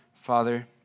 Father